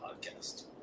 podcast